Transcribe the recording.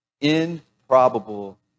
Improbable